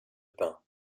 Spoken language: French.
pins